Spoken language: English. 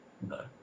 No